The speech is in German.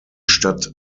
stadt